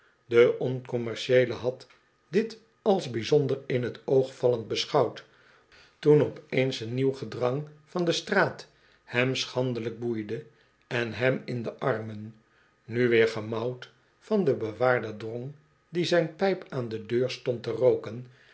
de oncommercieele had dit als bijzonder in t oogvallend beschouwd toen op eens een nieuw gedrang van de straat hem schandelijk boeide en hem in de armen nu weer gemouwd van den bewaarder drong die zijn pijp aan de deur stond te rooken